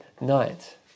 night